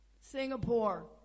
Singapore